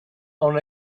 own